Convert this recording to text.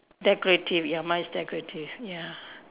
decorative ya mine is decorative ya